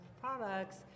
products